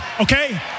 okay